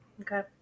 okay